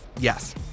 Yes